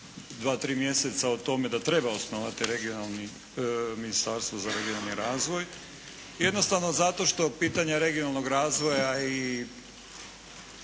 2, 3 mjeseca o tome da treba osnovati regionalni, Ministarstvo za regionalni razvoj, jednostavno zato što pitanje regionalnog razvoja i